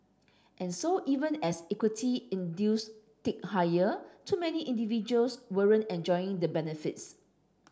and so even as equity induce tick higher too many individuals weren't enjoying the benefits